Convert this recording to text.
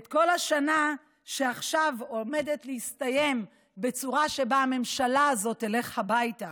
את כל השנה שעכשיו עומדת להסתיים בצורה שבה הממשלה הזאת תלך הביתה.